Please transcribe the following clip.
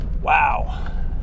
Wow